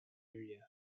area